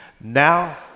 Now